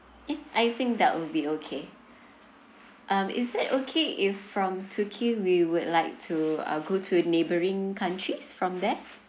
eh I think that would be okay um is it okay if from turkey we would like to uh go to neighboring countries from there